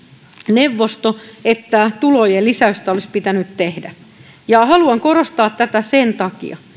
neuvosto että tulojen lisäystä olisi pitänyt tehdä haluan korostaa tätä sen takia